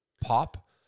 pop